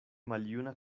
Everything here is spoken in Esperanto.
maljuna